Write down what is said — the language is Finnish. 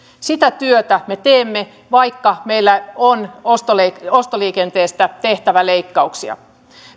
sitä työtä me teemme vaikka meidän on ostoliikenteestä ostoliikenteestä tehtävä leikkauksia